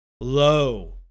Low